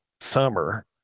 summer